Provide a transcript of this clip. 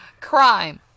Crime